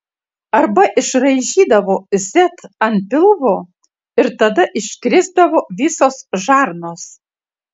arba išraižydavo z ant pilvo ir tada iškrisdavo visos žarnos